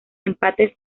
empate